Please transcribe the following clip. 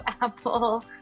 Apple